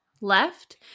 left